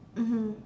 mmhmm